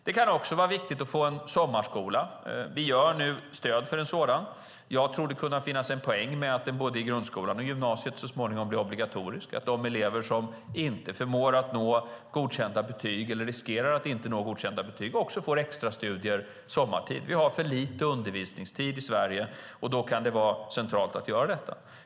Det kan också vara viktigt med sommarskola. Vi lämnar nu stöd för en sådan. Det kan finnas en poäng med att det så småningom blir obligatoriskt med extra studier sommartid för elever i både grundskolan och gymnasiet som inte förmår nå godkända betyg, eller riskerar att inte nå godkända betyg. Vi har för lite undervisningstid i Sverige. Därför kan det vara klokt att göra detta.